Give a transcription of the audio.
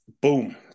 boom